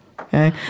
okay